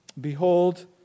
Behold